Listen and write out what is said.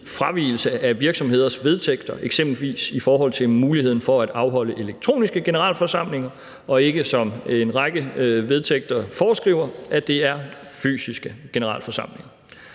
fravigelse af virksomheders vedtægter, eksempelvis i forhold til muligheden for at afholde elektroniske generalforsamlinger, og ikke som en række vedtægter foreskriver, nemlig at det skal være fysiske generalforsamlinger.